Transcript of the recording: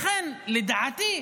לכן, לדעתי,